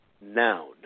noun